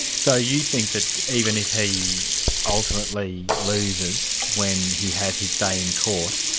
so you think that even if he ultimately loses when he has his day in court,